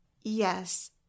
Yes